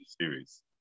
series